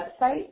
website